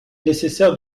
nécessaire